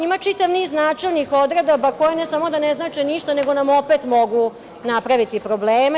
Ima čitav niz načelnih odredaba koje ne samo da ne znače ništa, nego nam opet mogu napraviti probleme.